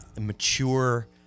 mature